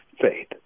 faith